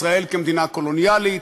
ישראל כמדינה קולוניאלית.